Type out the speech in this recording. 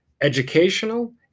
educational